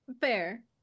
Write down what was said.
Fair